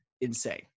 insane